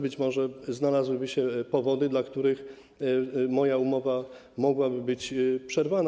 Być może znalazłyby się powody, dla których moja umowa mogłaby być przerwana.